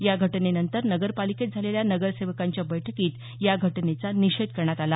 या घटनेनंतर नगरपालिकेत झालेल्या नगरसेवकांच्या बैठकीत या घटनेचा निषेध करण्यात आला